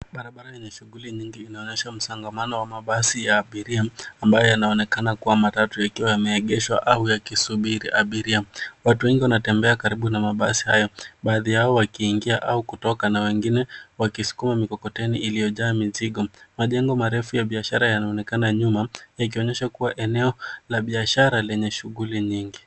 Barabara yenye shughuli nyingi inaonyesha msongamano wa mabasi ya abiria ambayo yanaonekana kuwa matatu yakiwa yameegeshwa au yakisubiri abiria. Watu wengi wanatembea karibu na mabasi hayo baadhi yao wakiingia au kutoka na wengine wakisukuma mikokoteni iliyojaa mizigo. Majengo marefu ya biashara yanaonekana nyuma yakionyesha kuwa eneo la biashara lenye shughuli nyingi.